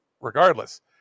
regardless